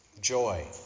joy